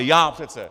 Já přece!